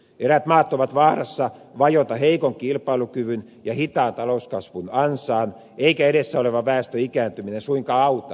eräät maat ovat vaarassa vajota heikon kilpailukyvyn ja hitaan talouskasvun ansaan eikä edessä oleva väestön ikääntyminen suinkaan auta asiaa